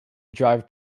drive